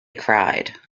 cried